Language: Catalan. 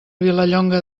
vilallonga